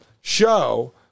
show